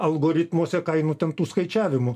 algoritmuose kainų ten tų skaičiavimų